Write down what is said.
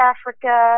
Africa